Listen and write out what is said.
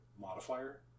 modifier